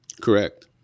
Correct